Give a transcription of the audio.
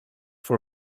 for